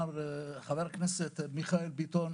חבר הכנסת ביטון,